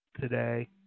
today